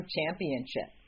Championship